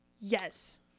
Yes